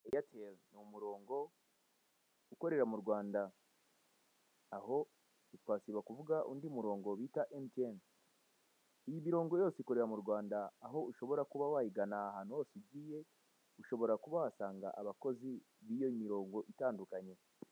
Eyateli ni umurongo ukorera mu Rwanda. Aho ntitwasiba kuvuga undi murongo bita emutiyeni. Iyi morongo yose ikorera mu Rwanda, aho ushobora kuba wayigana ahantu hose ugiye, ushobora kuba wahasanga abakozi b'iyo mirongo itandukanye.